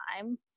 time